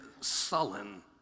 sullen